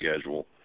schedule